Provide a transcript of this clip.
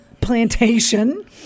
plantation